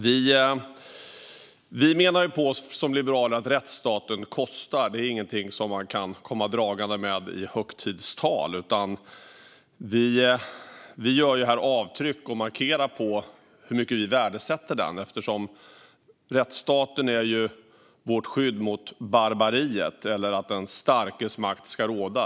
Att rättsstaten kostar menar vi liberaler inte är någonting som man kan komma dragande med i högtidstal, utan vi gör här avtryck och markerar hur mycket vi värdesätter den. Rättsstaten är ju vårt skydd mot barbariet eller att den starkes makt ska råda.